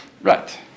Right